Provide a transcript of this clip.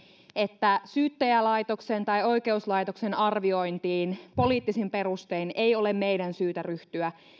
että syyttäjälaitoksen tai oikeuslaitoksen arviointiin poliittisin perustein ei ole meidän syytä ryhtyä